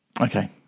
okay